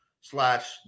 slash